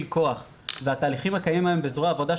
כוח והתהליכים שקיימים היום בזורע העבודה,